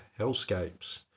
hellscapes